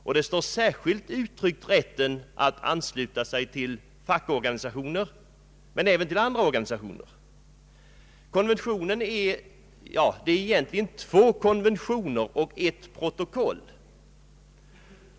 Där nämns särskilt rätten att ansluta sig till fackorganisationer men även till andra organisationer. Det är egentligen fråga om två konventioner och ett protokoll.